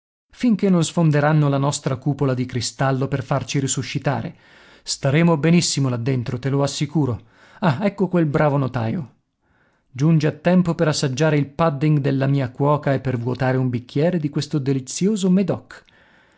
finché non sfonderanno la nostra cupola di cristallo per farci risuscitare staremo benissimo là dentro te lo assicuro ah ecco quel bravo notaio giunge a tempo per assaggiare il pudding della mia cuoca e per vuotare un bicchiere di questo delizioso medoc